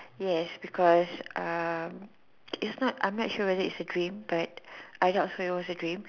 yes because uh it's not I'm not sure whether it was a dream but I doubt so it was a dream